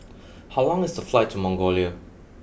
how long is the flight to Mongolia